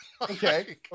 Okay